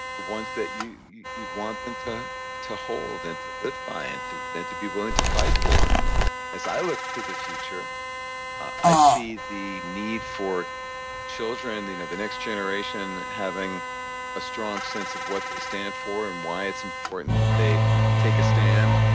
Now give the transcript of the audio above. ones that you'd want them to to hold and to live by and and to be willing to fight for. and as i look to the future i see the need for children, you know the next generation having a strong sense of what they stand for and why it's important that they take a stand.